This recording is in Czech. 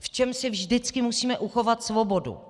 V čem si vždycky musíme uchovat svobodu?